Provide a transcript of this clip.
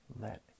let